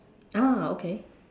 ah okay